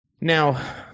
Now